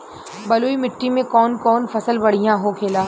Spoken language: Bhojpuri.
बलुई मिट्टी में कौन कौन फसल बढ़ियां होखेला?